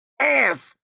ass